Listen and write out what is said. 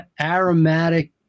Aromatic